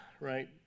right